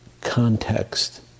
context